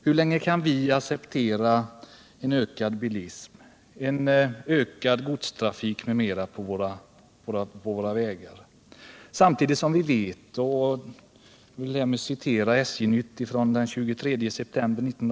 Hur länge kan vi acceptera en ökad bilism, en ökad godstrafik på våra vägar samtidigt som vi vet att det finns utrymme för en trafikökning på järnvägen?